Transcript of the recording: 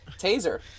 Taser